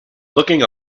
looking